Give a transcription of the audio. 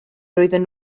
roedden